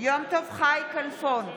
יום טוב חי כלפון,